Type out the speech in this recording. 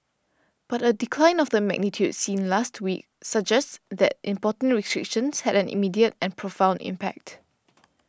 but a decline of the magnitude seen last week suggests that import restrictions had an immediate and profound impact